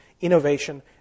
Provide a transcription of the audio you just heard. innovation